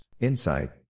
insight